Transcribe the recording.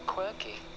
Quirky